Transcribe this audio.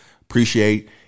appreciate